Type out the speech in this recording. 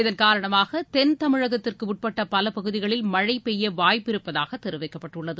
இதன் காரணமாக தென் தமிழகத்திற்குட்பட்ட பல பகுதிகளில் மழை பெய்ய வாய்ப்பிருப்பதாக தெரிவிக்கப்பட்டுள்ளது